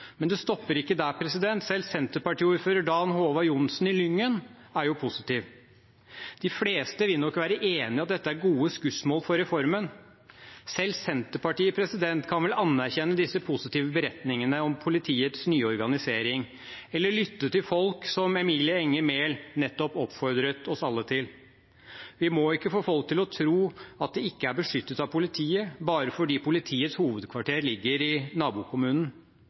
Men det stopper ikke der. Selv Senterparti-ordfører Dan Håvard Johnsen i Lyngen er positiv. De fleste vil nok være enig i at dette er gode skussmål for reformen. Selv Senterpartiet kan vel anerkjenne disse positive beretningene om politiets nye organisering, eller lytte til folk, som Emilie Enger Mehl nettopp oppfordret oss alle til. Vi må ikke få folk til å tro at de ikke er beskyttet av politiet bare fordi politiets hovedkvarter ligger i nabokommunen.